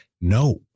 No